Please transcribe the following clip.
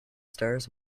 stairs